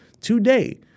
today